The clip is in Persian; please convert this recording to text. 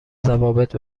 ضوابط